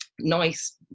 nice